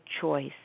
choice